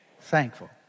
thankful